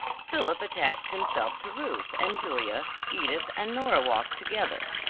philip attached himself to ruth and julia, edith and nora walked together,